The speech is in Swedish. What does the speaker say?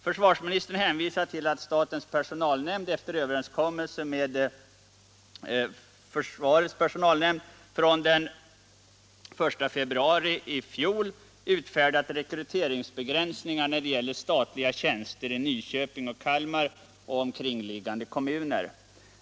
Försvarsministern hänvisar till att statens personalnämnd efter överenskommelse med försvarets personalnämnd från den 1 februari 1976 infört rekryteringsbegränsningar när det gäller statliga tjänster i Nyköping och Kalmar samt i omkringliggande kommuner.